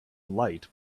light